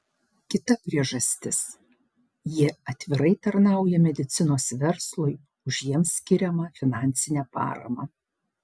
kita priežastis jie atvirai tarnauja medicinos verslui už jiems skiriamą finansinę paramą